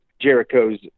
Jericho's